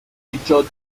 featured